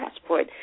passport